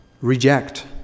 reject